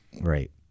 Right